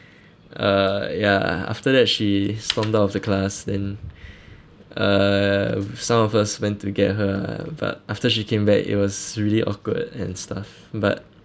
uh ya after that she stormed out of the class then uh some of us went to get her ah but after she came back it was really awkward and stuff but